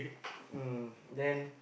mm then